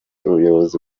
ubuyobozi